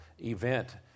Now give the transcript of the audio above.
event